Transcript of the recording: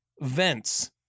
vents